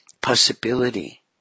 possibility